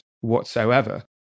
whatsoever